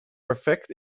perfect